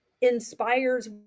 inspires